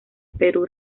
perú